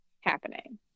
happening